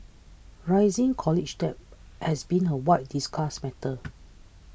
rising college debt has been a widely discussed matter